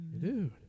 Dude